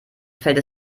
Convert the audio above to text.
fällt